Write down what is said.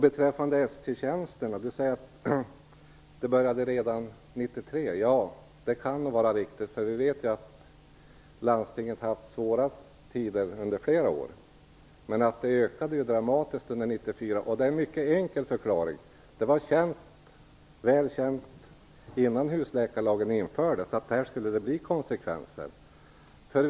Beträffande ST-tjänsterna sade Leif Carlson att det här började redan 1993. Det kan nog vara riktigt. Vi vet att landstinget under flera år har haft svåra år. Det ökade dramatiskt under 1994, och förklaringen är mycket enkel. Det var väl känt innan husläkarlagen infördes att det skulle bli vissa konsekvenser.